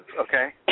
Okay